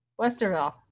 Westerville